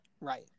Right